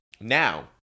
Now